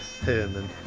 Herman